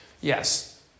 Yes